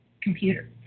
computer